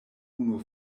unu